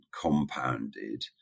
compounded